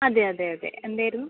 അതെ അതെ അതെ എന്തായിരുന്നു